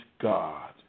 God